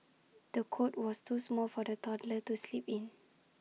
the cot was too small for the toddler to sleep in